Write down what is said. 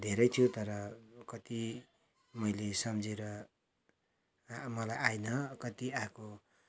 धेरै थियो तर कति मैले सम्झेर मलाई आएन कति आएको